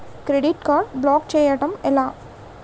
Credit card block చేయడం ఎలా?